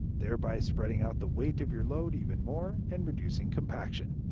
thereby spreading out the weight of your load even more, and reducing compaction.